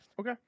Okay